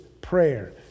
prayer